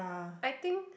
I think